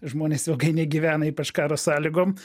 žmonės ilgai negyvena ypač karo sąlygom